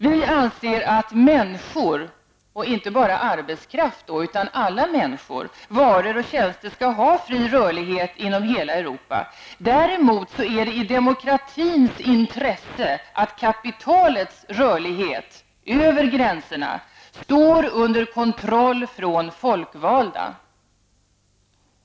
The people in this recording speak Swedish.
Vi anser att människor -- och inte bara arbetskraft, utan alla människor -- varor och tjänster skall ha fri rörlighet inom hela Europa. Däremot är det i demokratins intresse att kapitalets rörlighet över gränserna står under kontroll av folkvalda.